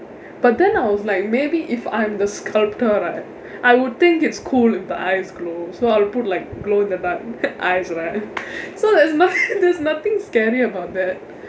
but then I was like maybe if I'm the sculptor right I would think it's cool if the eyes glow so I'll put like glow in the dark eyes right so there's no~ there's nothing scary about that